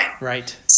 Right